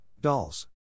dolls